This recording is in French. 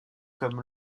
comme